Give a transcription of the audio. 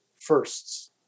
firsts